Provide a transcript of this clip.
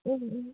ও ও